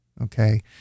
Okay